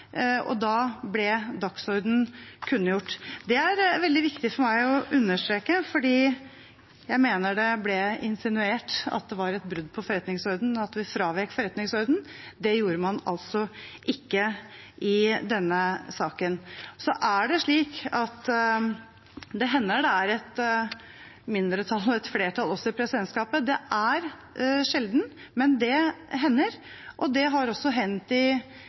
og da ble dagsordenen kunngjort. Det er veldig viktig for meg å understreke, fordi jeg mener det ble insinuert at det var et brudd på forretningsordenen, at vi fravek forretningsordenen – det gjorde man altså ikke i denne saken. Det hender det er et mindretall og et flertall også i presidentskapet. Det er sjelden, men det hender. Det har også hendt i